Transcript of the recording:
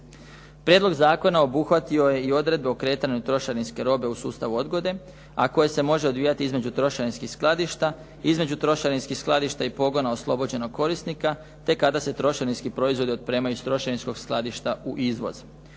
Prijedlog zakona obuhvatio je i odredbe o kretanju trošarinske robe u sustavu odgode, a koje se može odvijati između trošarinskih skladišta, između trošarinskih skladišta i pogona oslobođenog korisnika te kada se trošarinski proizvodi otpremaju s trošarinskog skladišta u izvoz.